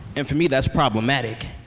and for me, that's problematic